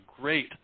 great